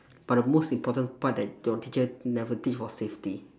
but the most important part that your teacher never teach was safety